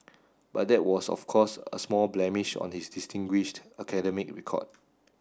but that was of course a small blemish on his distinguished academic record